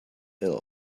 ill